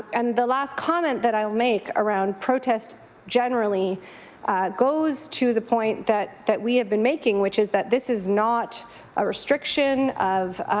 and the last comment that i will make around protests generally goes to the point that that we have been making which is that this is not a restriction of